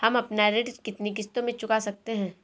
हम अपना ऋण कितनी किश्तों में चुका सकते हैं?